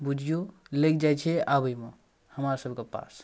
बुझिऔ लागि जाइ छै आबैमे हमरा सबके पास